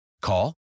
Call